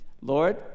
Lord